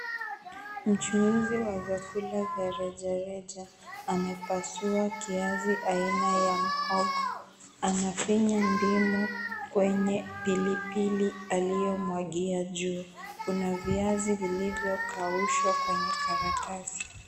Mchuuzi wa vyakula vya rejareja amepasua kiazi aina ya mhogo anafinya ndimu kwenye pilipili aliyomwagia juu kuna viazi vilivyokaushwa kwenye karatasi.